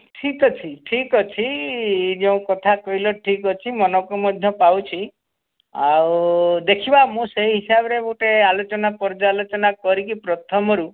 ଠିକ୍ ଅଛି ଠିକ୍ ଅଛି ଯୋଉଁ କଥା କହିଲ ଠିକ ଅଛି ମନକୁ ମଧ୍ୟ ପାଉଛି ଆଉ ଦେଖିବା ମୁଁ ସେଇ ହିସାବରେ ଗୋଟେ ଆଲୋଚନା ପର୍ଯ୍ୟାଲୋଚନା କରିକି ପ୍ରଥମରୁ